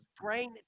brain